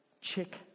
chick